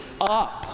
up